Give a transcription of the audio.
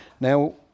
now